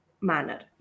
manner